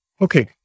Okay